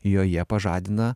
joje pažadina